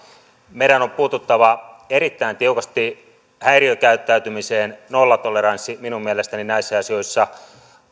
meidän on puututtava erittäin tiukasti häiriökäyttäytymiseen nollatoleranssi minun mielestäni näissä asioissa